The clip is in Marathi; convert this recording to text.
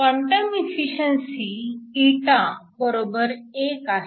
क्वांटम एफिशिअन्सी ղ 1 आहे